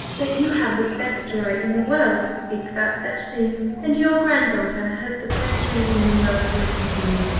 but you have the best right in the world to speak about such things, and your grand-daughter has the best reason in the world to listen to you,